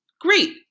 Great